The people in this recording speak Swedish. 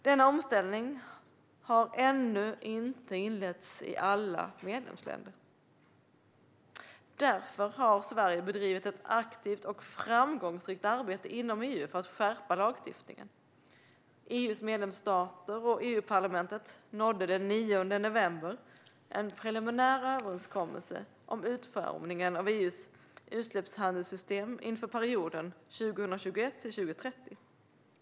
Denna omställning har ännu inte inletts i alla medlemsländer. Därför har Sverige bedrivit ett aktivt och framgångsrikt arbete inom EU för att skärpa lagstiftningen. EU:s medlemsstater och Europaparlamentet nådde den 9 november en preliminär överenskommelse om utformningen av EU:s utsläppshandelssystem inför perioden 2021-2030.